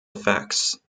effects